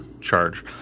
charge